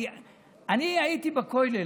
האמת היא שאני הייתי בכולל,